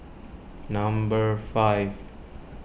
number five